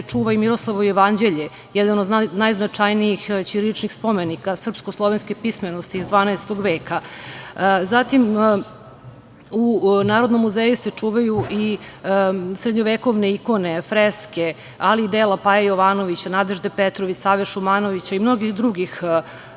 čuva i Miroslavljevo jevanđelje, jedan od najznačajnijih ćiriličnih spomenika srpsko-slovenske pismenosti iz 12. veka. U Narodnom muzeju se čuvaju i srednjovekovne ikone, freske, ali i dela Paje Jovanovića, Nadežde Petrović, Save Šumanovića i mnogih drugih,